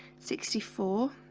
sixty four